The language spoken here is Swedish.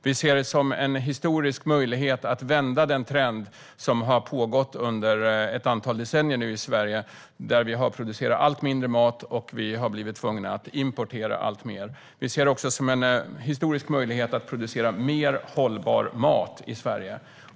Vi ser det som en historisk möjlighet att vända den trend som nu har pågått under ett antal decennier i Sverige, där vi har producerat allt mindre mat och blivit tvungna att importera alltmer. Vi ser det också som en historisk möjlighet att producera mer hållbar mat i Sverige.